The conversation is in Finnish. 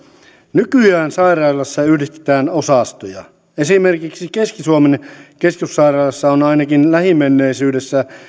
nykyään sairaaloissa yhdistetään osastoja esimerkiksi keski suomen keskussairaalassa on ainakin lähimenneisyydessä